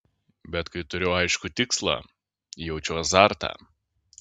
bet kai turiu aiškų tikslą jaučiu azartą